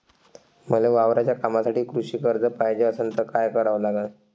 मले वावराच्या कामासाठी कृषी कर्ज पायजे असनं त काय कराव लागन?